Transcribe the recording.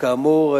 כאמור,